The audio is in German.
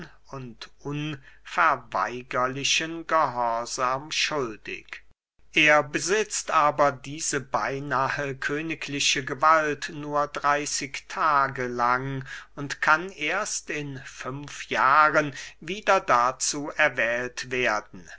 und unverweigerlichen gehorsam schuldig er besitzt aber diese beynahe königliche gewalt nur dreyßig tage lang und kann erst in fünf jahren wieder dazu erwählt werden